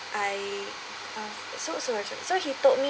I uh so so much so he told me